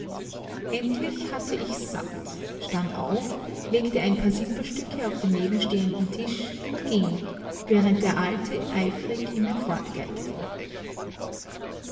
endlich hatte ich's satt stand auf legte ein paar silberstücke auf den nebenstehenden tisch und ging während der alte eifrig